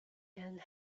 and